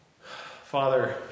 Father